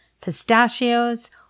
pistachios